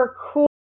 cool